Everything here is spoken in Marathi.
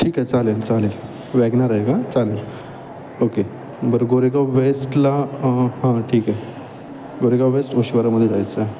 ठीक आहे चालेल चालेल वॅगनार आहे का चालेल ओके बरं गोरेगाव वेस्टला हां ठीक आहे गोरेगाव वेस्ट ओशीवारामध्ये जायचं आहे